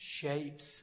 shapes